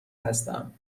هستم